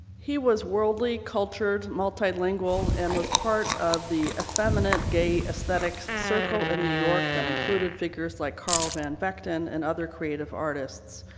he was worldly cultured multilingual and was part of the effeminate gay aesthetic circle in new york that included figures like carl van vechten and other creative artists.